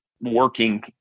working